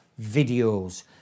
videos